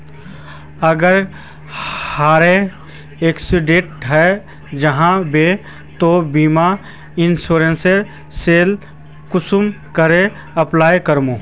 अगर कहारो एक्सीडेंट है जाहा बे तो बीमा इंश्योरेंस सेल कुंसम करे अप्लाई कर बो?